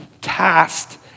tasked